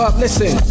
listen